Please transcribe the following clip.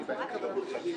אני כבר אקדים תרופה למכה.